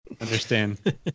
Understand